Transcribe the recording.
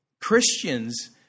Christians